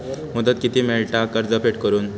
मुदत किती मेळता कर्ज फेड करून?